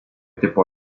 tipo